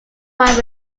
pine